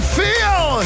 feel